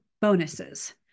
bonuses